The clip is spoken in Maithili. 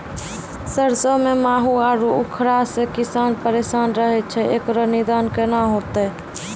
सरसों मे माहू आरु उखरा से किसान परेशान रहैय छैय, इकरो निदान केना होते?